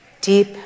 Deep